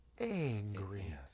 angry